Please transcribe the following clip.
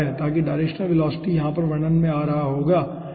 ताकि directional velocity यहाँ पर वर्णन में आ रहा होगा ठीक है